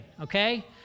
okay